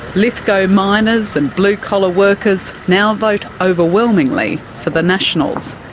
lithgow miners and blue-collar workers now vote overwhelmingly for the nationals.